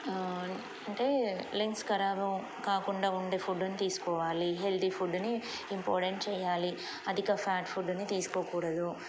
అంటే లెంగ్స్ ఖరాబు కాకుండా ఉండే ఫుడ్ని తీసుకోవాలి హెల్తీ ఫుడ్ని ఇంపార్టెంట్ చేయ్యాలి అధిక ఫ్యాట్ ఫుడ్ని తీసుకోకూడదు